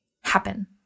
happen